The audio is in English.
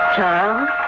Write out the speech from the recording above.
Charles